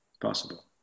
possible